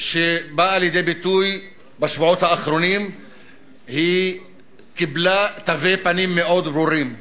שבאה לידי ביטוי בשבועות האחרונים קיבלה תווי פנים מאוד ברורים.